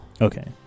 Okay